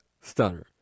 stunner